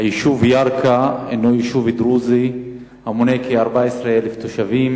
היישוב ירכא הוא יישוב דרוזי המונה כ-14,000 תושבים.